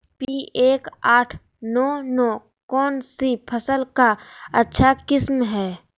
P एक आठ नौ नौ कौन सी फसल का अच्छा किस्म हैं?